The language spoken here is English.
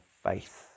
faith